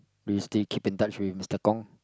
do you still keep in touch with Mister-Kong